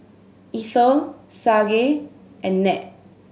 Eithel Sage and Ned